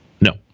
No